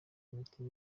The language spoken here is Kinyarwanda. imiti